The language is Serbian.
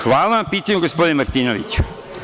Hvala na pitanju, gospodine Martinoviću.